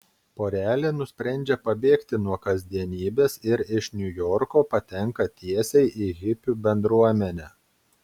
porelė nusprendžia pabėgti nuo kasdienybės ir iš niujorko patenka tiesiai į hipių bendruomenę